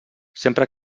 sempre